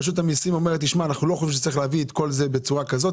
רשות המיסים אמרה: אנחנו חושבים שלא צריך להביא את כל זה בצורה כזאת,